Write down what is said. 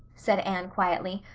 said anne quietly,